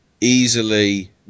easily